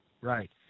right